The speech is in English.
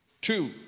Two